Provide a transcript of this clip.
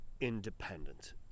independent